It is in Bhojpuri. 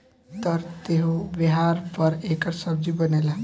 तर त्योव्हार पर एकर सब्जी बनेला